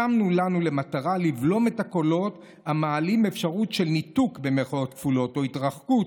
שמנו לנו למטרה לבלום את הקולות המעלים אפשרות של 'ניתוק' או 'התרחקות'